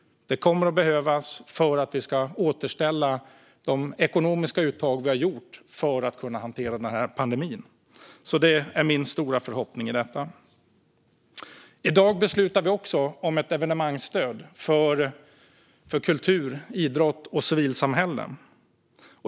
De kommer att behövas för att vi ska återställa de ekonomiska uttag vi har gjort för att kunna hantera den här pandemin. Det är min stora förhoppning i detta. I dag beslutar vi också om ett evenemangsstöd för kultur, idrott och civilsamhälle.